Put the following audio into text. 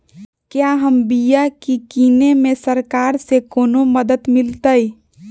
क्या हम बिया की किने में सरकार से कोनो मदद मिलतई?